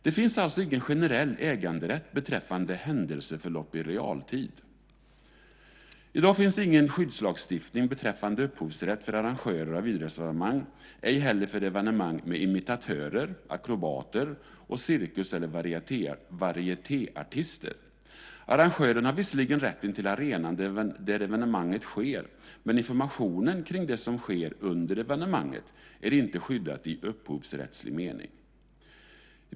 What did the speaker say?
Det finns alltså ingen generell äganderätt beträffande händelseförlopp i realtid. I dag finns det ingen skyddslagstiftning beträffande upphovsrätt för arrangörer av idrottsevenemang, ej heller för evenemang med imitatörer, akrobater och cirkus eller varietéartister. Arrangören har visserligen rätten till arenan där evenemanget sker, men informationen kring det som sker under evenemanget är inte skyddad i upphovsrättslig mening.